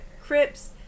Crips